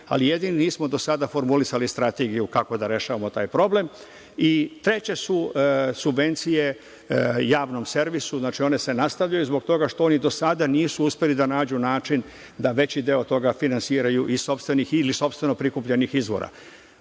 ali jedini nismo do sada formulisali strategiju kako da rešavamo taj problem. Treće su subvencije Javnom servisu. Znači, one se nastavljaju zbog toga što oni do sada nisu uspeli da nađu način da veći deo finansiraju iz sopstvenih ili sopstveno prikupljenih izvora. Deo